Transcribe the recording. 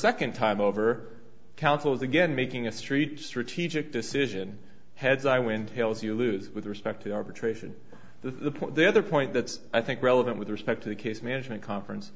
second time over counsel is again making a street strategic decision heads i win tails you lose with respect to arbitration this is the other point that i think relevant with respect to the case management conference